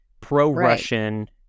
pro-russian